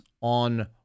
on